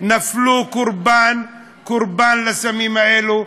נפלו קורבן לסמים האלה,